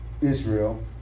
Israel